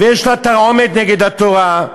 ויש לה תרעומת נגד התורה,